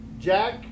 Jack